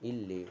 ಇಲ್ಲಿ